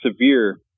severe